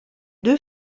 deux